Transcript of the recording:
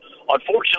unfortunately